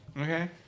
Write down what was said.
Okay